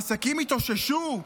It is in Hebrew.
העסקים התאוששו?